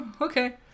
okay